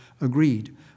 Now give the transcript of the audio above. agreed